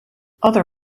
other